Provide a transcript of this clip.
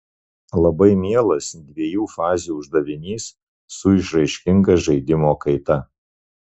labai mielas dviejų fazių uždavinys su išraiškinga žaidimo kaita